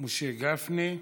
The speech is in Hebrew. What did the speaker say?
משה גפני,